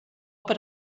per